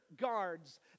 guards